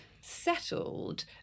settled